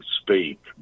speak